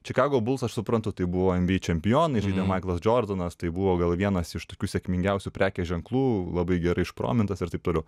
čikago buls aš suprantu tai buvo nba čempionai žaidė maiklas džordanas tai buvo gal vienas iš tokių sėkmingiausių prekės ženklų labai gerai išpromintas ir taip toliau